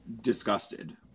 disgusted